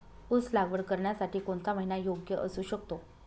ऊस लागवड करण्यासाठी कोणता महिना योग्य असू शकतो?